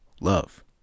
love